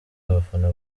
abafana